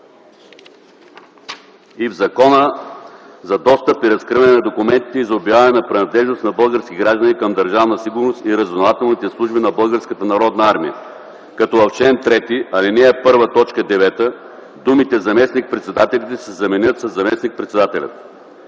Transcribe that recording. и в Закона за достъп и разкриване на документите и за обявяване на принадлежност на български граждани към Държавна сигурност и разузнавателните служби на Българската народна армия, като в чл. 3, ал. 1, т. 9 думите „заместник-председателите” се заменят със „заместник-председателят”;